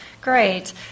great